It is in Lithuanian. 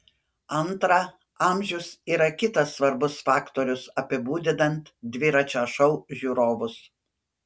antra amžius yra kitas svarbus faktorius apibūdinant dviračio šou žiūrovus